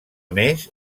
més